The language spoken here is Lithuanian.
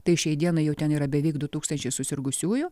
tai šiai dienai jau ten yra beveik du tūkstančiai susirgusiųjų